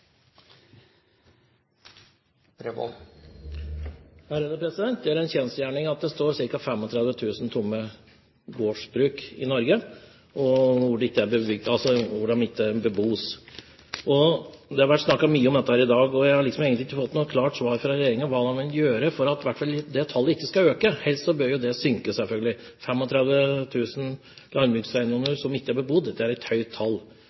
senere, president. Det er bra. Det blir replikkordskifte. Det er en kjensgjerning at det står ca. 35 000 tomme gårdsbruk i Norge, altså gårdsbruk som ikke bebos. Det har vært snakket mye om dette i dag, og jeg har egentlig ikke fått noe klart svar fra regjeringen på hva den vil gjøre for at dette tallet i hvert fall ikke skal øke. Helst bør det jo synke, selvfølgelig. 35 000 landbrukseiendommer som ikke er bebodd, er et høyt